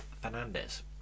Fernandez